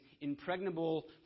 impregnable